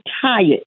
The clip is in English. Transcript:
tired